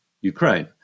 Ukraine